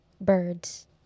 Birds